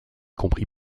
compris